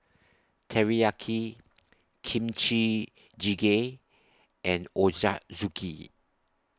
Teriyaki Kimchi Jjigae and Ochazuke